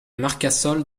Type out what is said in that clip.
marcassol